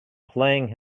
playing